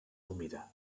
humida